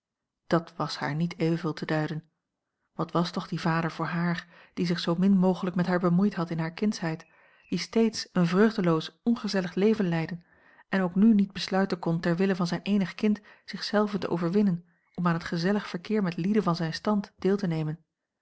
dat was haar niet euvel te duiden wat was toch die vader voor haar die zich zoo min mogelijk met haar bemoeid had in hare kindsheid die steeds een vreugdeloos ongezellig leven leidde en ook nu niet besluiten kon ter wille van zijn eenig kind zich zelven te overwinnen om aan het gezellig verkeer met lieden van zijn stand deel te nemen